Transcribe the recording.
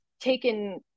taken